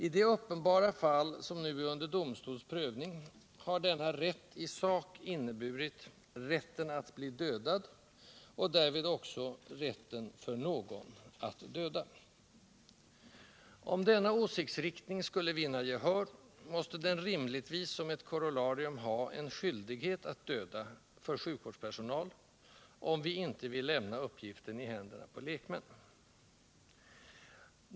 I det uppenbara fall, som nu är under domstols prövning, har denna ”rätt” i sak inneburit ”rätten att bli dödad” och därvid också ”rätten” — för någon — ”att döda”. Om denna åsiktsriktning skulle vinna gehör, måste den rimligtvis som korollarium ha en ”skyldighet att döda” för sjukvårdspersonal — Om vi inte vill lämna uppgiften i händerna på lekmän.